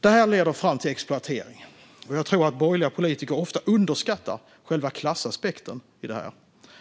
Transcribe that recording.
Det här leder fram till exploatering. Jag tror att borgerliga politiker ofta underskattar själva klassaspekten i det här.